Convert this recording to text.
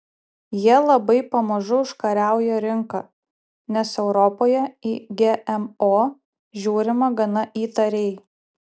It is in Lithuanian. jie labai pamažu užkariauja rinką nes europoje į gmo žiūrima gana įtariai